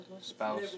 spouse